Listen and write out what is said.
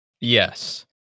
Yes